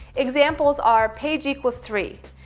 examples are page equals three.